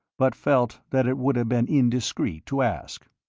but felt that it would have been indiscreet to ask.